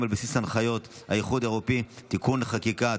על בסיס הנחיות האיחוד האירופי (תיקוני חקיקה),